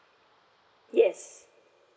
yes